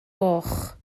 goch